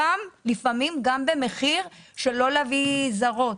לפעמים גם במחיר של לא להביא זרות,